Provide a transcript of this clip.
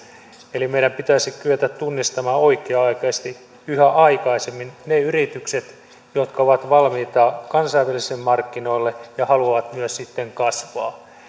meidän pitäisi kyetä tunnistamaan oikea aikaisesti yhä aikaisemmin ne yritykset jotka ovat valmiita kansainvälisille markkinoille ja haluavat myös sitten kasvaa